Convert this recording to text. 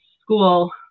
school